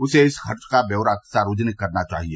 उसे इस खर्च का व्यौरा सार्वजनिक करना चाहिए